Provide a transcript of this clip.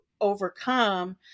overcome